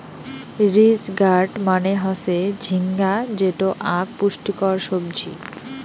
ridge gourd মানে হসে ঝিঙ্গা যেটো আক পুষ্টিকর সবজি